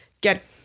get